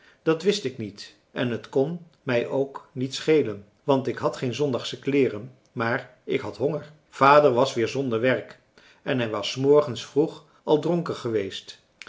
dat wist ik niet en het kon mij ook niet schelen want ik had geen zondagsche kleeren maar ik had honger vader was weer zonder werk en hij was s morgens vroeg al dronken geweest